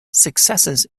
successes